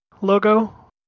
logo